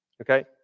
Okay